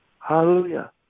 Hallelujah